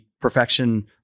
perfection